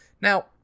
Now